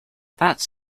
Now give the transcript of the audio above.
that’s